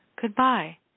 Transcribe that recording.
goodbye